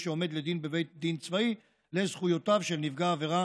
שעומד לדין בבית דין צבאי לזכויותיו של נפגע עבירה